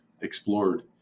explored